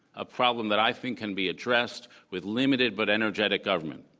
a problem that i think can be addressed with limited but energetic government.